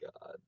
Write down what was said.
God